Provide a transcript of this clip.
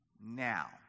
now